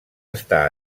estar